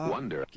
Wonder